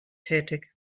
tätig